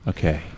Okay